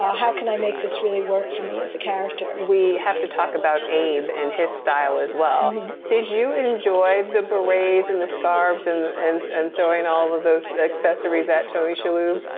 ah how can i make this really work for me as a character? we have to talk about abe and his style as well. did you enjoy the berets and the scarves ah and throwing all of us accessories at tony shaloub?